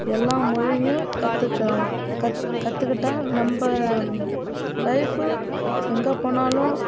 எல்லாம் மொழியும் கற்றுக்கலாம் கத் கற்றுக்கிட்டா நம்ப லைஃபு எங்கே போனாலும்